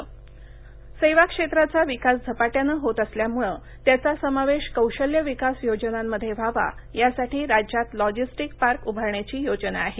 देसाईः सेवा क्षेत्राचा विकास झपाट्यानं होत असल्यामुळं त्याचा समावेश कौशल्य विकास योजनांमध्ये व्हावा यासाठी राज्यात लॉजिस्टिक पार्क उभारण्याची योजना आहे